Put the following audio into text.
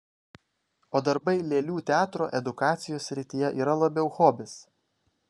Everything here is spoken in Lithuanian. o darbai lėlių teatro edukacijos srityje yra labiau hobis